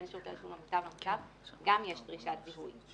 גם יש דרישת זיהוי.